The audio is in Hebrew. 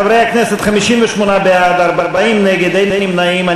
חברי הכנסת, 58 בעד, 40 נגד, אין נמנעים.